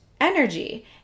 energy